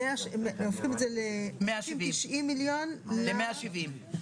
במקום 90 מיליון ---- 170.